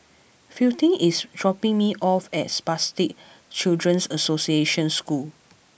Fielding is dropping me off at Spastic Children's Association School